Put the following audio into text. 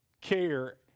care